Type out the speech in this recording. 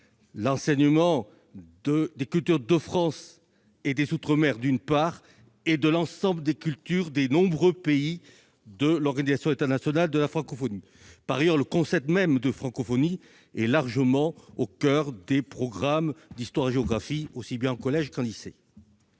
l'enseignement des cultures de France et des outre-mer, d'une part, et de l'ensemble des cultures des nombreux pays de l'Organisation internationale de la francophonie, d'autre part. Enfin, le concept même de francophonie est largement au coeur des programmes d'histoire et géographie, aussi bien au collège qu'au lycée.